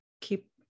keep